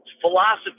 philosophy